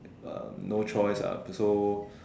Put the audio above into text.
um no choice ah so